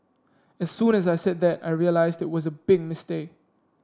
as soon as I said that I realised it was a big mistake